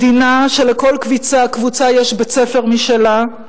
מדינה שלכל קבוצה יש בית-ספר משלה,